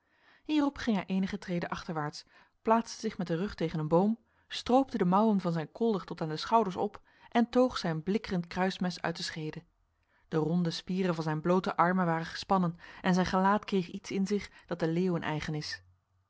hierop ging hij enige treden achterwaarts plaatste zich met de rug tegen een boom stroopte de mouwen van zijn kolder tot aan de schouders op en toog zijn blikkerend kruismes uit de schede de ronde spieren van zijn blote armen waren gespannen en zijn gelaat kreeg iets in zich dat de leeuwen eigen is